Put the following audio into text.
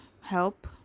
help